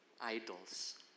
idols